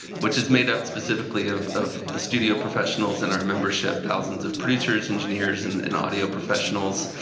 which is made up specifically of of the studio professionals in our membership, thousands of producers, engineers, and and audio professionals,